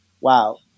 wow